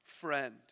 friend